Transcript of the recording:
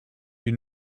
you